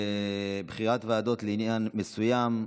בחירת ועדות לעניין מסוים.